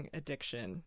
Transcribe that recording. addiction